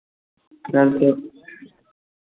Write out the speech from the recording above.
yes sir